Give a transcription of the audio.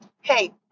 hey